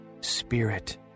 spirit